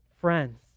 friends